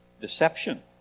deception